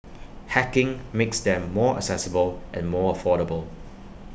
hacking makes them more accessible and more affordable